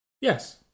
Yes